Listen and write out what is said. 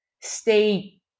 stay